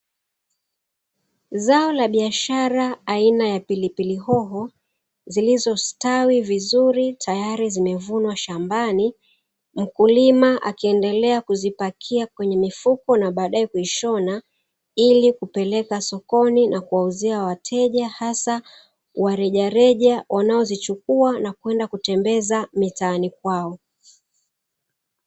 Zao la biashara aina ya pilipili hoho zilizostawi vizuri tayari zimevunwa shambani, mkulima akiendelea kuzipakia kwenye mifuko na baadae kuishona, ili kuipeleka sokoni na kuwauzia wateja, hasa wa rejareja wanaozichukua na kwenda kutembeza mitaani kwao.